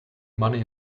money